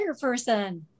person